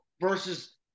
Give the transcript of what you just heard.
versus